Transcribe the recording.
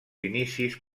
inicis